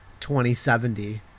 2070